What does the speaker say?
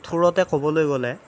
থোৰতে ক'বলৈ গ'লে